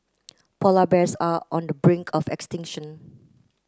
polar bears are on the brink of extinction